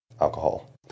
alcohol